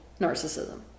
Narcissism